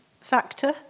factor